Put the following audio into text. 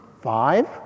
Five